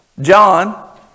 John